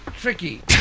tricky